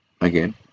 again